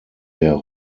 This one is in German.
der